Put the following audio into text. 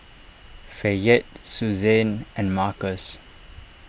Fayette Susann and Markus